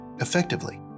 Effectively